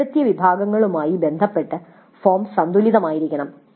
ഉൾപ്പെടുത്തിയ വിഭാഗങ്ങളുമായി ബന്ധപ്പെട്ട് ഫോം സന്തുലിതമായിരിക്കണം